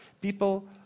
People